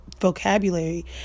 vocabulary